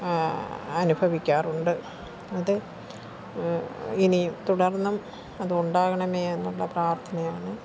അനുഭവിക്കാറുണ്ട് അത് ഇനിയും തുടർന്നും അതുണ്ടാകണമേ എന്നുള്ള പ്രാർത്ഥനയാണ്